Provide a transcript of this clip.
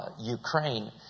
Ukraine